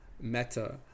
meta